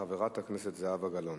חברת הכנסת זהבה גלאון.